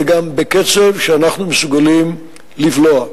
וגם בקצב שאנחנו מסוגלים לבלוע.